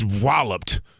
walloped